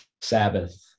Sabbath